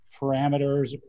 parameters